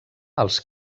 els